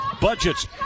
Budgets